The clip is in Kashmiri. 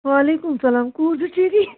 وعلیکُم سلام کوٗر چھا ٹھیٖکٕے